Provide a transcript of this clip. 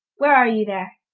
where are you there?